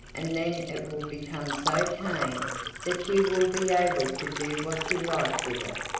and then it will become so tame that you will be able to do what you like with it.